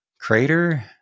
Crater